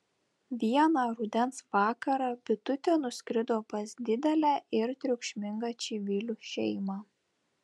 vieną rudens vakarą bitutė nuskrido pas didelę ir triukšmingą čivilių šeimą